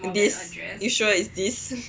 this you sure is this